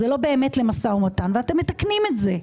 זה לא באמת למשא ומתן ואתם מתקנים את זה.